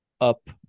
up